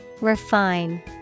Refine